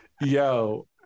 yo